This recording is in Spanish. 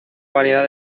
variedad